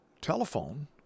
telephone